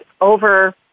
over